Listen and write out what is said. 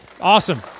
Awesome